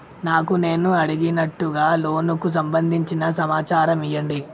నాకు నేను అడిగినట్టుగా లోనుకు సంబందించిన సమాచారం ఇయ్యండి?